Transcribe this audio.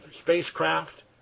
spacecraft